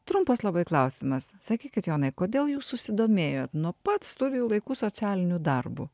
trumpas labai klausimas sakykit jonai kodėl jūs susidomėjot nuo pat studijų laikų socialiniu darbu